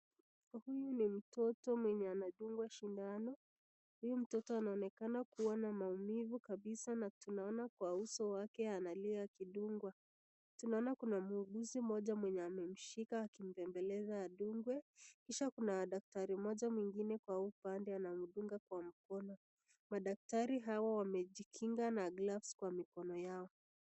Huyu ni mtoto mwenye anadungwa shindano. Huyu mtoto anaonekana kuwa na maumivu kabisa na tunaona kwa uso wake analia akidungwa. Tunaona Kuna muuguzi mmoja mwenye amemshika akimbembeleza adungwe kisha Kuna daktari mmoja mwingine anamdunga kwa mkono. Madaktari hawa wamejikinga na (cs)gloves (cs) kwa mkono.